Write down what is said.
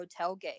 Hotelgate